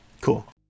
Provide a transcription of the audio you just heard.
Cool